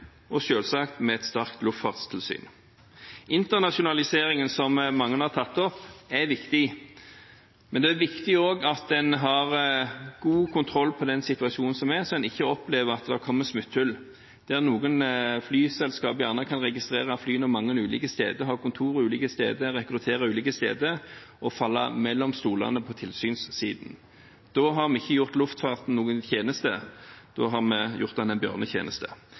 og selvsagt med et sterkt luftfartstilsyn. Internasjonaliseringen, som mange har tatt opp, er viktig, men det er viktig også at en har god kontroll på den situasjonen som er, så en ikke opplever at det kommer smutthull der noen flyselskaper kan registrere fly mange ulike steder, ha kontor ulike steder, rekruttere ulike steder og falle mellom stoler på tilsynssiden. Da har vi ikke gjort luftfarten noen tjeneste – da har vi gjort den en bjørnetjeneste.